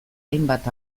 hainbat